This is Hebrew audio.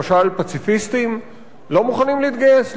למשל פציפיסטים לא מוכנים להתגייס,